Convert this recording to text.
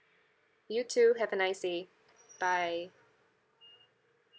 you too have a nice day bye